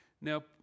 Now